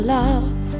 love